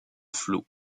flot